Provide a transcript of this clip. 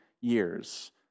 years